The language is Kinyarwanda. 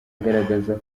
agaragaza